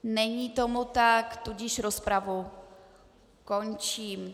Není tomu tak, tudíž rozpravu končím.